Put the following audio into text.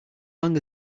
long